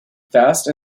fast